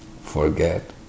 forget